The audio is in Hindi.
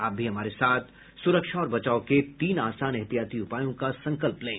आप भी हमारे साथ सुरक्षा और बचाव के तीन आसान एहतियाती उपायों का संकल्प लें